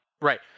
Right